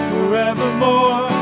Forevermore